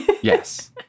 yes